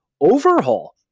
overhaul